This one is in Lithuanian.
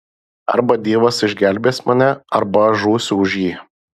arba dievas išgelbės mane arba aš žūsiu už jį